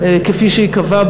כפי שייקבע,